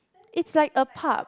it's like a pub